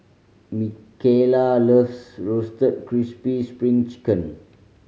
Micaela loves Roasted Crispy Spring Chicken